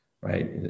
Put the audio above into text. right